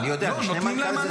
אבל לא, נותנים להם מענק פרישה.